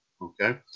Okay